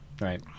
right